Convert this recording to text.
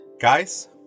Guys